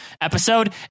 episode